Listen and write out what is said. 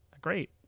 great